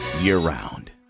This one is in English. year-round